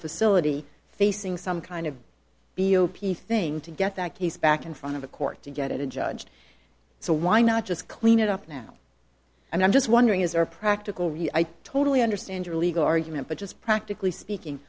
facility facing some kind of p thing to get that he's back in front of a court to get a judge so why not just clean it up now and i'm just wondering is there a practical really i totally understand your legal argument but just practically speaking